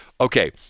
Okay